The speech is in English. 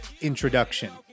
introduction